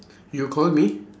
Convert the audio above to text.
you call me